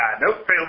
Nope